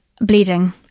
bleeding